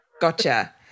Gotcha